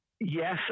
Yes